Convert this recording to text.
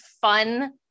fun